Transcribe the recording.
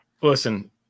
listen